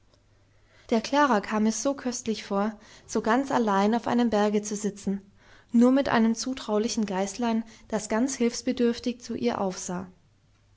der klara kam es so köstlich vor so ganz allein auf einem berge zu sitzen nur mit einem zutraulichen geißlein das ganz hilfsbedürftig zu ihr aufsah